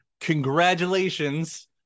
congratulations